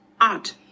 art